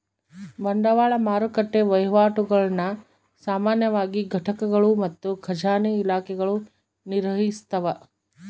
ಬಂಡವಾಳ ಮಾರುಕಟ್ಟೆ ವಹಿವಾಟುಗುಳ್ನ ಸಾಮಾನ್ಯವಾಗಿ ಘಟಕಗಳು ಮತ್ತು ಖಜಾನೆ ಇಲಾಖೆಗಳು ನಿರ್ವಹಿಸ್ತವ